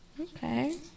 Okay